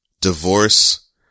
Divorce